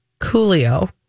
Coolio